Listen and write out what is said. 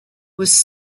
was